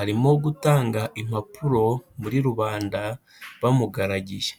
arimo gutanga impapuro muri rubanda, bamugaragiye.